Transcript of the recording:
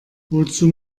wozu